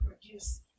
produce